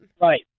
Right